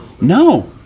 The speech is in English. No